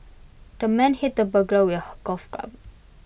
the man hit the burglar with golf club